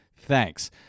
Thanks